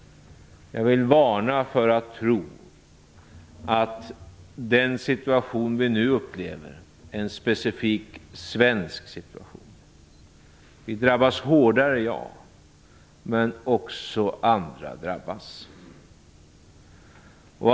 Jag vill varna för att tro att den situation vi nu upplever är en specifik svensk situation. Vi drabbas hårdare, men även andra drabbas.